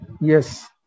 Yes